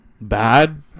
bad